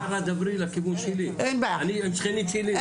כשאת מדברת על רהט דברי לכיוון שלי, הם שכנים שלי.